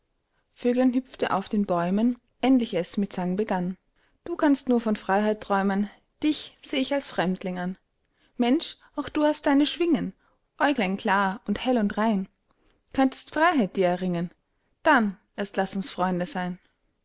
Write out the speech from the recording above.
vöglein hüpfte auf den bäumen endlich es mit sang begann du kannst nur von freiheit träumen dich seh ich als fremdling an mensch auch du hast deine schwingen äuglein klar und hell und rein könntest freiheit dir erringen dann erst laß uns freunde sein